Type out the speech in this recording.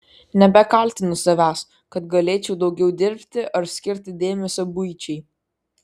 nebekaltinu savęs kad galėčiau daugiau dirbti ar skirti dėmesio buičiai